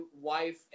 wife